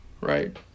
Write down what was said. right